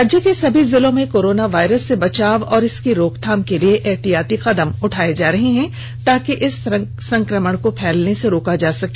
राज्य के सभी जिलों में कोरोना वायरस से बचाव और इसकी रोकथाम के लिए एहतियाती कदम उठाये जा रहे हैं ताकि इस संकमण को फैलने से रोका जा सके